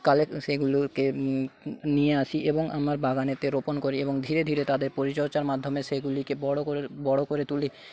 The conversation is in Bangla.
কালেক সেগুলোকে নিয়ে আসি এবং আমার বাগানেতে রোপণ করি এবং ধীরে ধীরে তাদের পরিচর্যার মাধ্যমে সেগুলিকে বড়ো করে বড়ো করে তুলি